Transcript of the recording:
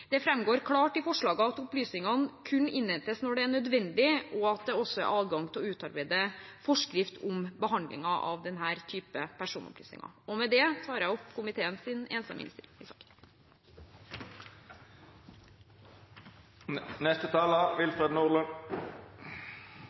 Det framgår klart i forslaget at opplysningene kun innhentes når det er nødvendig, og at det også er adgang til å utarbeide forskrift om behandlingen av denne type personopplysninger. Med det anbefaler jeg komiteens enstemmige innstilling.